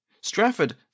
Stratford